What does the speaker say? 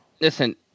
listen